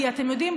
כי אתם יודעים,